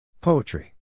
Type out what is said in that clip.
Poetry